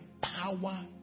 power